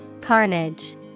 Carnage